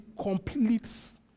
completes